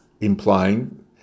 implying